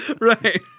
Right